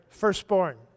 firstborn